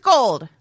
Gold